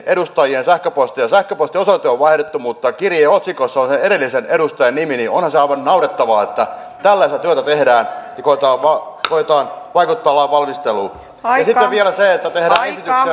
edustajille sähköpostia ja vaikka sähköpostin osoite on vaihdettu niin otsikossa on sen edellisen edustajan nimi onhan se aivan naurettavaa että tällaista työtä tehdään ja koetetaan vaikuttaa lainvalmisteluun ja sitten vielä se että kun tehdään esityksiä